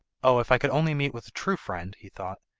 oh, if i could only meet with a true friend he thought,